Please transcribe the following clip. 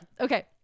Okay